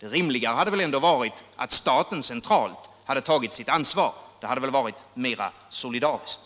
Det rimliga hade väl ändå varit att staten centralt hade tagit sitt ansvar. Det hade varit mera solidariskt.